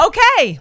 Okay